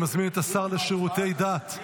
אני מזמין את השר לשירותי דת,